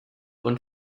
und